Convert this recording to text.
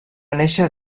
néixer